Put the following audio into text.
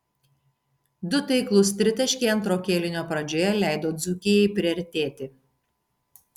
du taiklūs tritaškiai antro kėlinio pradžioje leido dzūkijai priartėti